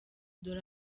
dore